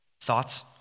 thoughts